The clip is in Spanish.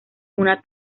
una